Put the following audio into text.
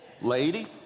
lady